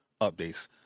updates